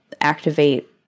activate